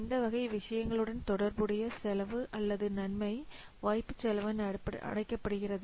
இந்த வகை விஷயங்களுடன் தொடர்புடைய செலவு அல்லது நன்மை வாய்ப்பு செலவு என அழைக்கப்படுகிறது